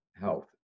health